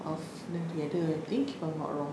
of them together I think if I'm not wrong